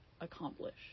accomplish